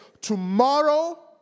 tomorrow